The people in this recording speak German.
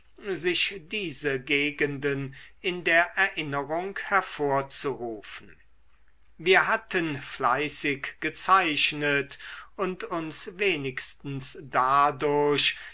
sich diese gegenden in der erinnerung hervorzurufen wir hatten fleißig gezeichnet und uns wenigstens dadurch